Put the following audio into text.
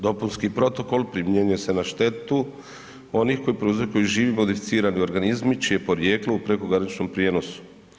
Dopunski protokol primjenjuje se na štetu onih koji prouzrokuju živi modificirani organizmi čije porijeklo u prekograničnom prijenosu.